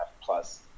plus